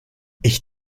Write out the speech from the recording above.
ich